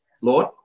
Lord